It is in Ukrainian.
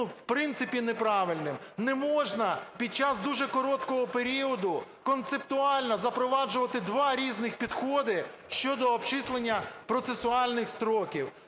в принципі неправильним. Неможна під час дуже короткого періоду концептуально запроваджувати два різних підходи щодо обчислення процесуальних строків.